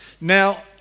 Now